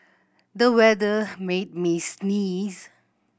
the weather made me sneeze